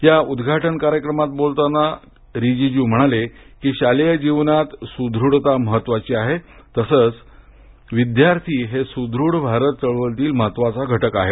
या उद्घाटन कार्यक्रमात बोलताना रिजीजू म्हणाले की शालेय जीवनात सुदृढता महत्वाची आहे तसच विद्यार्थी हे सुदृढ भारत चळवळीतील महत्वाचा घटक आहेत